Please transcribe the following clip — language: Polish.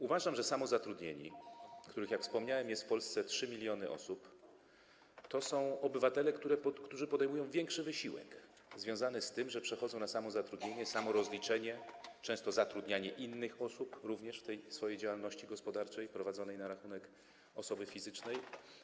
Uważam, że samozatrudnieni, których, jak wspomniałem, jest w Polsce 3 mln, są obywatelami, którzy podejmują większy wysiłek związany z tym, że przechodzą na samozatrudnienie, samorozliczenie, często zatrudnianie innych osób również w ramach swojej działalności gospodarczej, prowadzonej na rachunek osoby fizycznej.